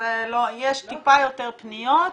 יש טיפה יותר פניות,